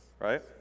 right